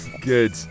Good